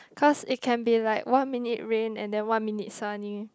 cause it can be like one minute rain and then one minute sunny